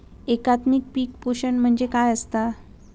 एकात्मिक पीक पोषण म्हणजे काय असतां?